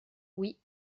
oui